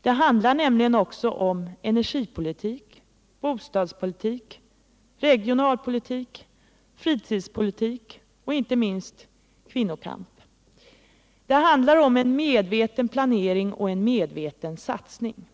Det handlar nämligen också om energipolitik, bostadspolitik, regionalpolitik, fritidspolitik och inte minst kvinnokamp. Det handlar om en medveten planering och en medveten satsning.